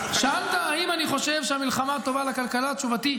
ולכן, מירב, אני לא רוצה את ההתנצחות הזאת.